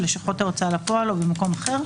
בלשכות ההוצאה לפועל או במקום אחר,